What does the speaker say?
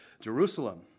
Jerusalem